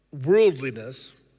Worldliness